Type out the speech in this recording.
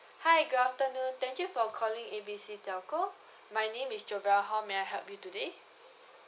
hi good afternoon thank you for calling A B C telco my name is jobell how may I help you today